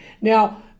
Now